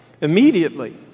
Immediately